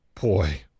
Boy